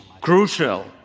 crucial